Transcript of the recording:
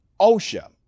OSHA